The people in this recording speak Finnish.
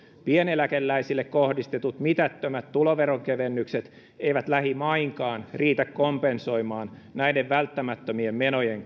pieneläkeläisille kohdistetut mitättömät tuloveronkevennykset eivät lähimainkaan riitä kompensoimaan näiden välttämättömien menojen